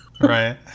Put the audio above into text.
Right